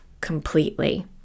completely